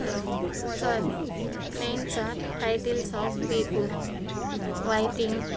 hello sir names are times of people whiting